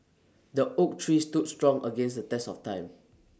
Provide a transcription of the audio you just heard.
the oak tree stood strong against the test of time